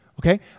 okay